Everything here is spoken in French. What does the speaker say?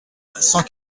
cent